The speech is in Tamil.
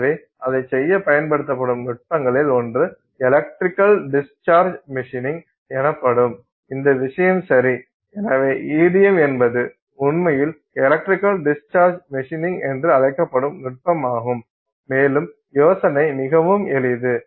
எனவே அதைச் செய்யப் பயன்படுத்தப்படும் நுட்பங்களில் ஒன்று எலக்ட்ரிக்கல் டிஸ்சார்ஜ் மெஷினிங் எனப்படும் இந்த விஷயம் சரி எனவே EDM என்பது உண்மையில் எலக்ட்ரிக்கல் டிஸ்சார்ஜ் மெஷினிங் என்று அழைக்கப்படும் நுட்பமாகும் மேலும் யோசனை மிகவும் எளிது